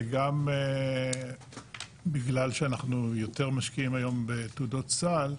וגם בגלל שאנחנו יותר משקיעים היום בתעודות סל,